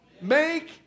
make